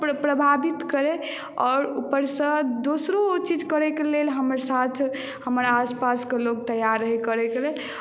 प्रभावित करै आओर ऊपरसँ दोसरो ओ चीजके करैके लेल हमर साथ हमर आसपासके लोक तैयार रहै करै के लेल